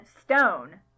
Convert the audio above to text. stone